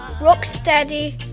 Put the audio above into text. rocksteady